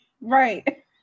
Right